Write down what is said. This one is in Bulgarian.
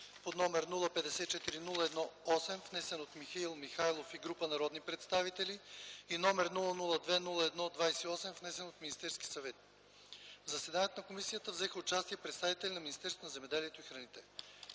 под № 054-01-8, внесен от Михаил Михайлов и група народни представители, и № 002-01-28, внесен от Министерския съвет. В заседанието на комисията взеха участие представители на Министерството на земеделието и храните.